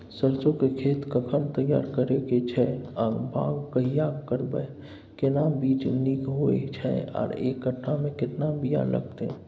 सरसो के खेत कखन तैयार करै के छै आ बाग कहिया करबै, केना बीज नीक होय छै आर एक कट्ठा मे केतना बीया लागतै?